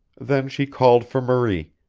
then she called for marie,